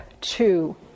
two